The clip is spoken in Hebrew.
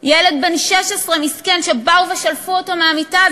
ילד בן 16 מסכן שבאו ושלפו אותו מהמיטה,